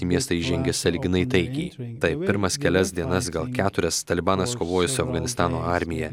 į miestą įžengė sąlyginai taikiai taip pirmas kelias dienas gal keturias talibanas kovojo su afganistano armija